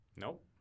Nope